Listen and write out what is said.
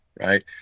right